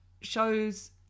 shows